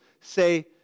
say